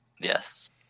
Yes